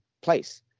place